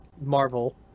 marvel